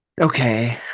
Okay